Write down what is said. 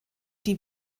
die